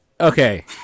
okay